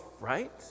right